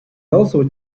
also